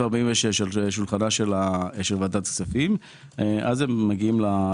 46 שהונח על שולחנה של ועדת הכספים הם מגיעים לזה.